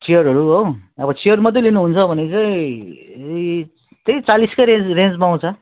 चेयरहरू हो अब चेयर मात्रै लिनुहुन्छ भने चाहिँ त्यही चालिसकै रेन्ज रेन्जमा आउँछ